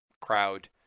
crowd